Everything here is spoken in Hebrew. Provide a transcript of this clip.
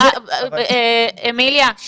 אמיליה,